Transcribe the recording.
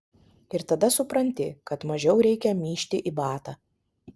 ir tada supranti kad mažiau reikia myžti į batą